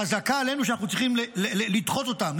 חזקה עלינו שאנחנו צריכים לדחות אותם,